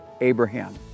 Abraham